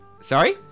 Sorry